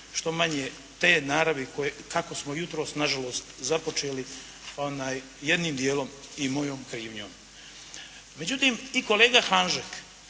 što manje te naravi kako smo jutros na žalost započeli, jednim dijelom i mojom krivnjom. Međutim i kolega Hanžek,